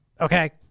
okay